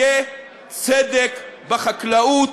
אני אדאג לכך אישית,